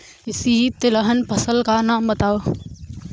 किसी तिलहन फसल का नाम बताओ